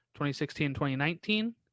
2016-2019